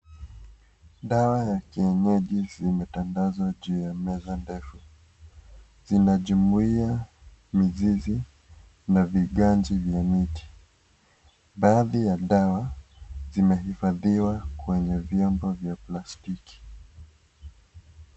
Dawa za kienyeji zimetandazwa juu ya meza ndefu. Zina jumuiya, mizizi na viganji vya miti. Baadhi ya dawa zimehifadhiwa kwenye vyombo vya plastiki.